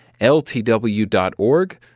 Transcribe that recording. ltw.org